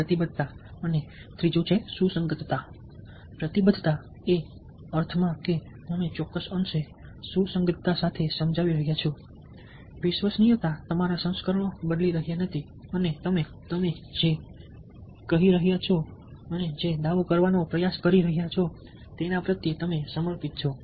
પ્રતિબદ્ધતા અને સુસંગતતા પ્રતિબદ્ધતા એ અર્થમાં કે તમે ચોક્કસ અંશે સુસંગતતા સાથે સમજાવી રહ્યાં છો વિશ્વસનીયતા તમારા સંસ્કરણો બદલી રહ્યાં નથી અને તમે જે કહી રહ્યાં છો તમે જે દાવો કરવાનો પ્રયાસ કરી રહ્યાં છો તેના પ્રત્યે તમે સમર્પિત છો